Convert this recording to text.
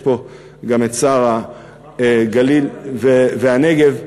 נמצא פה השר לענייני גליל ונגב,